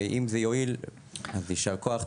ואם זה יועיל, אז יישר כוח.